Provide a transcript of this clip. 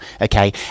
okay